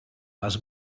les